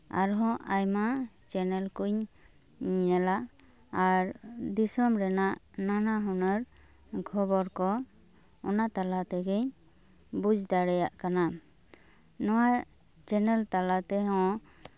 ᱟᱨᱦᱚᱸ ᱟᱭᱢᱟ ᱪᱮᱱᱮᱞ ᱠᱚᱧ ᱧᱮᱞᱟ ᱟᱨ ᱫᱤᱥᱚᱢ ᱨᱮᱱᱟᱜ ᱱᱟᱱᱟ ᱦᱩᱱᱟᱹᱨ ᱠᱷᱚᱵᱚᱨ ᱠᱚ ᱚᱱᱟ ᱛᱟᱞᱟ ᱛᱮᱜᱮᱧ ᱵᱩᱡᱽ ᱫᱟᱲᱮᱭᱟᱜ ᱠᱟᱱᱟ ᱱᱚᱣᱟ ᱪᱮᱱᱮᱞ ᱛᱟᱞᱟ ᱛᱮᱦᱚᱸ